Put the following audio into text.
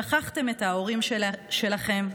שכחתם את ההורים שלכם.